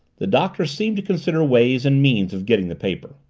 the doctor seemed to consider ways and means of getting the paper.